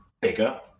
bigger